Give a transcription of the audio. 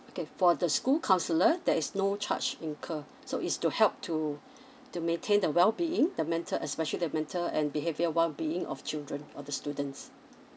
okay for the school counsellor there is no charge incur so is to help to to maintain the well being the mental especially the mental and behaviour well being of children of the students